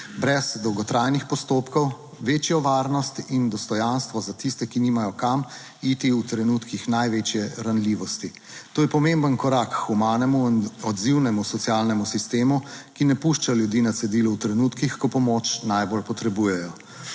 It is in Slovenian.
brez dolgotrajnih postopkov, večjo varnost in dostojanstvo za tiste, ki nimajo kam iti v trenutkih največje ranljivosti. To je pomemben korak k humanemu, odzivnemu socialnemu sistemu, **23. TRAK: (VP) 10.50** (nadaljevanje) ki ne pušča ljudi na cedilu v trenutkih, ko pomoč najbolj potrebujejo.